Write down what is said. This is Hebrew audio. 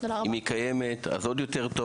אם היא קיימת אז עוד יותר טוב,